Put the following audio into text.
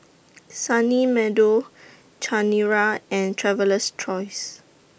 Sunny Meadow Chanira and Traveler's Choice